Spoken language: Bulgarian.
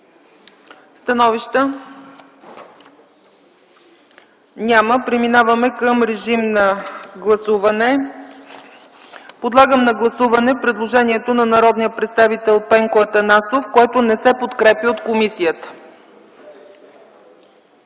Становища? Няма. Преминаваме към режим на гласуване. Подлагам на гласуване предложението на народния представител Пенко Атанасов, което не се подкрепя от комисията.